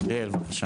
בבקשה.